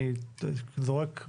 אני זורק,